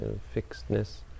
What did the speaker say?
fixedness